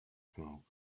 smoke